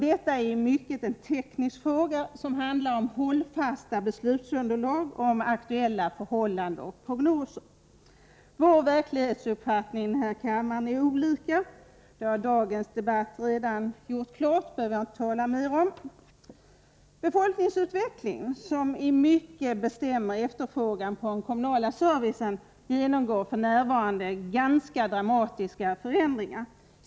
Detta är i mycket en'teknisk fråga, som handlar om hållbara beslutsunderlag beträffande aktuella förhållanden och prognoser. Vår verklighetsuppfattning här i kammaren är olika. Det har dagens debatt redan gjort klart, så jag behöver inte tala mera om det. Befolkningsutvecklingen, som i mycket bestämmer efterfrågan på den kommunala servicen, genomgår f.n. ganska dramatiska förändringar.